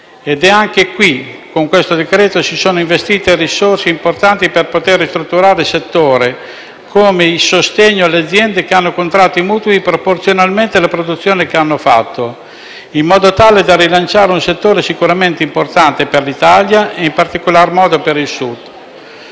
Anche qui, con questo decreto-legge si sono investite risorse importanti per poter ristrutturare il settore, come il sostegno alle aziende che hanno contratto i mutui proporzionalmente alla produzione che hanno fatto, in modo da rilanciare un settore sicuramente importante per l'Italia e, in particolar modo, per il Sud.